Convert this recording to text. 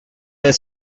the